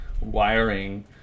wiring